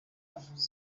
yavutse